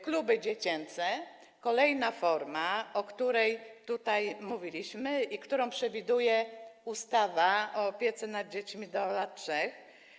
Kluby dziecięce - kolejna forma, o której tutaj mówiliśmy i którą przewiduje ustawa o opiece nad dziećmi do lat 3.